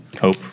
Hope